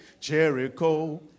Jericho